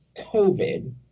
covid